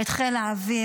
את חיל האוויר,